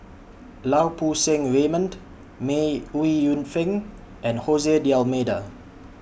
Lau Poo Seng Raymond May Ooi Yu Fen and Jose D'almeida